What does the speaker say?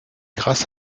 grâce